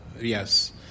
Yes